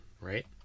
right